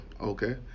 Okay